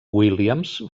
williams